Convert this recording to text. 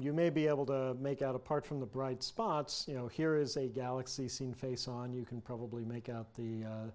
you may be able to make out apart from the bright spots you know here is a galaxy seen face on you can probably make out the